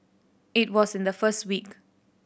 it was in the first week